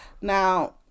now